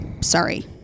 sorry